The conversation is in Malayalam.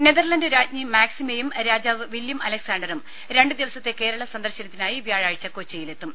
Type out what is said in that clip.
നെതർലാന്റ് രാജ്ഞി മാക്സിമയും രാജാവ് വില്ലം അലക്സാണ്ടറും രണ്ടു ദിവസത്തെ കേരള സന്ദർശനത്തിനായി വ്യാഴാഴ്ച കൊച്ചിയിലെ ത്തും